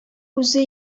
үзе